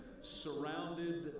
surrounded